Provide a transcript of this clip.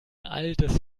altes